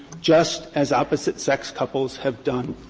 just as opposite-sex couples have done.